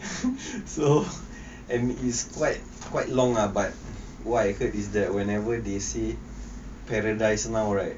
so and is quite quite long lah but what I heard is that whenever they say paradise now right